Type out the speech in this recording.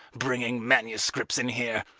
bringing manuscripts in here!